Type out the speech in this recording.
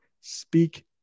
Speak